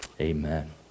Amen